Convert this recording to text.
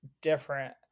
different